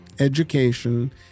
education